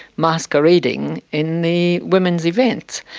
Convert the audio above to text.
masquerading in the women's events.